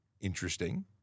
interesting